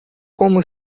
como